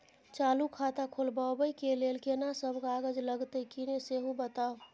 चालू खाता खोलवैबे के लेल केना सब कागज लगतै किन्ने सेहो बताऊ?